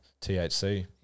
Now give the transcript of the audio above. THC